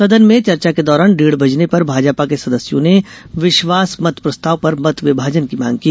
सदन में चर्चा के दौरान डेढ़ बजने पर भाजपा के सदस्यों ने विश्वास मत प्रस्ताव पर मत विभाजन की मांग की